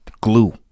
glue